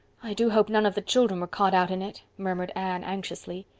i do hope none of the children were caught out in it, murmured anne anxiously.